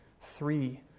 three